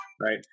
right